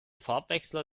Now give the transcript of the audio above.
farbwechsler